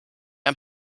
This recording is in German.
ein